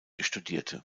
studierte